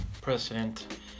president